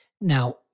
Now